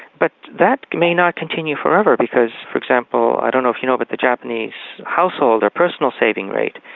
but that may not continue forever, because, for example, i don't know if you know, but the japanese household, or personal saving rate,